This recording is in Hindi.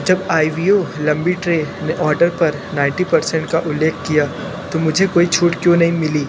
जब आइ वी ओ लम्बी ट्रे ने आर्डर पर नाइनटी परसेंट का उल्लेख किया तो मुझे कोई छूट क्यों नहीं मिली